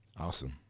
Awesome